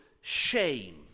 shame